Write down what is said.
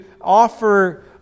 offer